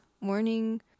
morning